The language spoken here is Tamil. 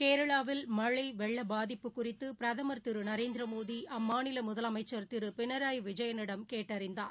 கேரளாவில் மழழவெள்ளபாதிப்பு குறித்துபிரதமர் திருநரேந்திரமோடி அம்மாநிலமுதலமைச்சர் திருபிரனாய் விஜயனிடம் கேட்டறிந்தார்